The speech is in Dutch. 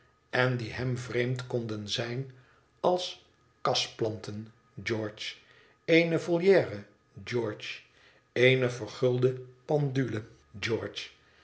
en die hem vreemd konden zijn als kasplanten george eene volière george eene vergulde pendnle